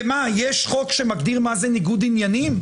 ויש חוק שמגדיר מה זה ניגוד עניינים?